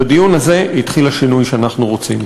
בדיון הזה התחיל השינוי שאנחנו רוצים.